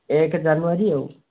ଏକ ଜାନୁଆରୀ ଆଉ